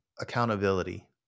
Accountability